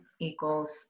equals